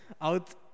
out